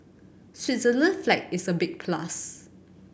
Switzerland's flag is a big plus